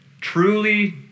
truly